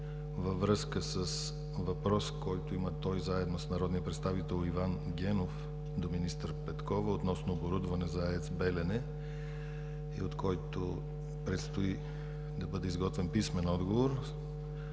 във връзка с въпрос, който има заедно с народния представител Иван Генов, до министър Петкова относно оборудване за АЕЦ „Белене“ и на който предстои да бъде изготвен писмен отговор,